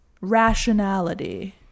rationality